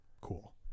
Cool